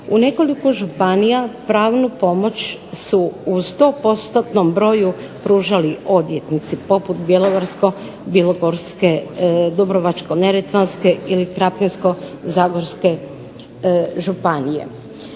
U nekoliko županija pravnu pomoć u 100% broju pružali odvjetnici poput Bjelovarsko-bilogorske, Dubrovačko-neretvanske ili Krapinsko-zagorske županije.